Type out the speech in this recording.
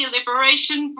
Liberation